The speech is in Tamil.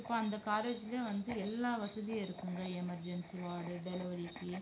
இப்போ அந்த காலேஜ்லே வந்து எல்லா வசதியும் இருக்குங்க எமெர்ஜென்சி வார்டு டெலிவரிக்கு